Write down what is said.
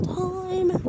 time